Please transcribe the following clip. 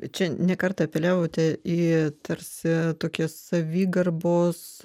čia ne kartą apeliavote į tarsi tokią savigarbos